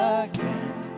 again